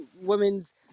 women's